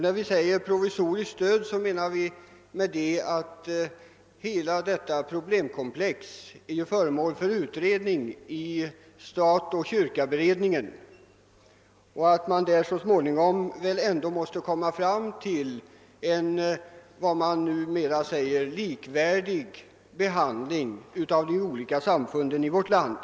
När vi föreslår att stödet skall vara provisoriskt syftar vi på att hela detta problemkomplex är föremål för undersökning i statoch kyrkoberedningen som väl så småningom kommer att föreslå en likvärdig behandling av de olika samfunden i vårt land.